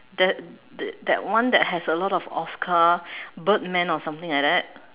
that that one that has a lot of Oscar Birdman or something like that